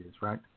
right